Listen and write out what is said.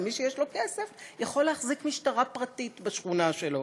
ומי שיש לו כסף יכול להחזיק משטרה פרטית בשכונה שלו.